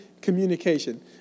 communication